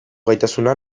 gaitasuna